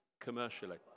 commercially